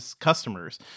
customers